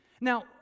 Now